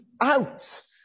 out